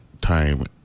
Time